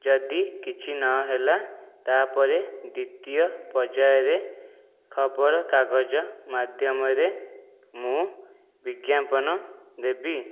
ଯଦି କିଛି ନହେଲା ତାପରେ ଦ୍ଵିତୀୟ ପର୍ଯ୍ୟାୟରେ ଖବର କାଗଜ ମାଧ୍ୟମରେ ମୁଁ ବିଜ୍ଞାପନ ଦେବି